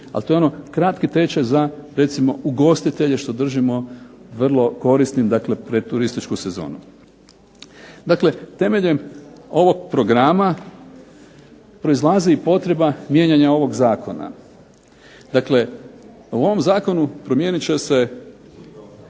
ali to je ono kratki tečaj za recimo ugostitelje što držimo vrlo korisnim pred turističku sezonu. Dakle, temeljem ovog programa proizlazi i potreba mijenjanja ovog zakona. Dakle, u ovom zakonu promijenit će se